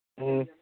ꯎꯝ